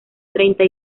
treinta